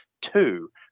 two